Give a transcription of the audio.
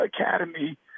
Academy